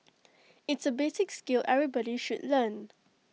it's A basic skill everybody should learn